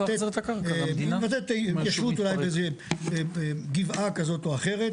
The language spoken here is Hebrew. היא מבטאת התיישבות אולי באיזה גבעה כזו או אחרת.